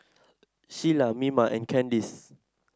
Shiela Mima and Kandice